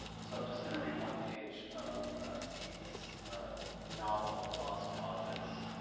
so i'm just going to read one page of steve's novel lost causes.